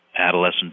Adolescent